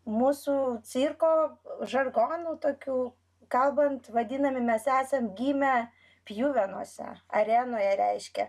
mūsų cirko žargonu tokiu kalbant vadinami mes esam gimę pjuvenose arenoje reiškia